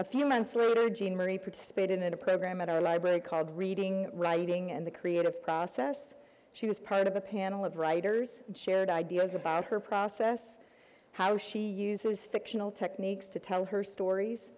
a few months later jean marie participated in a program at our library card reading writing and the creative process she was proud of a panel of writers and shared ideas about her process how she uses fictional techniques to tell her stories